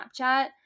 Snapchat